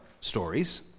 stories